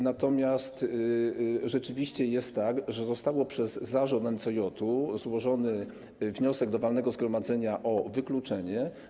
Natomiast rzeczywiście jest tak, że został przez zarząd NCJ złożony wniosek do walnego zgromadzenia o wykluczenie.